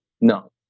no